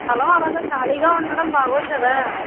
స్థలం అలాగ ఖాళీగా ఉండడం బాగుండదు కదా